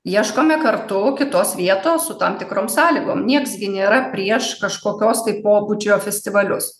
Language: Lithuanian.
ieškome kartu kitos vietos su tam tikrom sąlygom nieks gi nėra prieš kažkokios tai pobūdžio festivalius